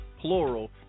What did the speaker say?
plural